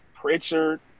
Pritchard